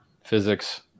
physics